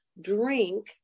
drink